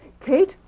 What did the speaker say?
Kate